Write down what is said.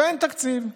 ואין תקציב.